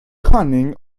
cunning